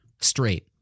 Straight